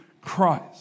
Christ